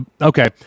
okay